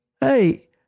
hey